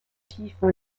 tiefer